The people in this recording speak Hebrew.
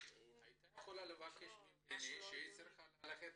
היא הייתה יכולה לבקש ממני ולומר שהיא צריכה ללכת,